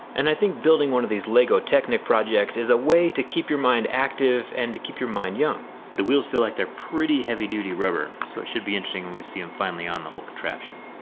and i think building one of these lego technic projects is a way to keep your mind active and keep your mind young. the wheels feel like they're pretty heavy duty rubber, so it should be interesting when we see them finally on the whole contraption.